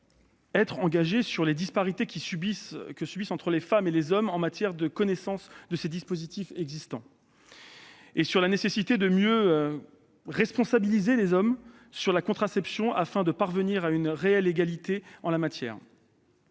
être engagée sur les disparités qui subsistent entre les femmes et les hommes en matière de connaissance des dispositifs existants, et sur la nécessité de mieux responsabiliser les hommes sur la contraception afin de parvenir à une réelle égalité en la matière.